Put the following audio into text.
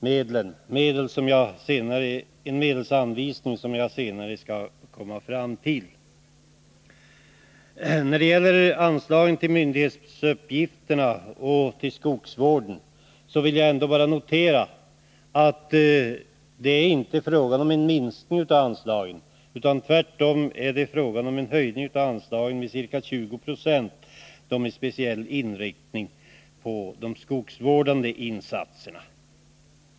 Jag skall senare återkomma till medelsanvisningen. Jag vill ändå notera att det inte är fråga om en minskning av anslagen till myndighetsuppgifterna och till skogsvården. Tvärtom är det fråga om en höjning med ca 2096 med speciell inriktning på de skogsvårdande insatserna.